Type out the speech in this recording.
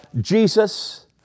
Jesus